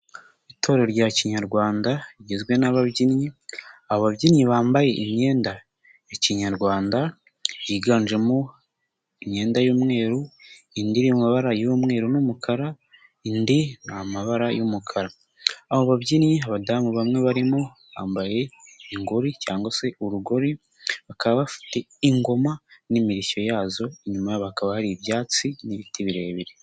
Itorero rya kinyarwanda rigizwe n'ababyinnyi, ababyinnyi bambaye imyenda ya kinyarwanda higanjemo imyenda y'umweru, indi iri mu mabara y'umweru n'umukara, indi ni amabara y'umukara, abo babyinnyi abadamu bamwe barimo bambaye ingori cyangwa se urugori bakaba bafite ingoma n'imirishyo yazo inyuma yabo hakaba hari ibyatsi n'ibiti birebire.